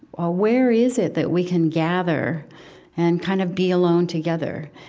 ah where is it that we can gather and, kind of, be alone together?